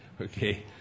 Okay